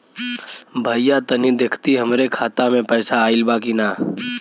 भईया तनि देखती हमरे खाता मे पैसा आईल बा की ना?